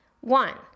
One